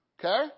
Okay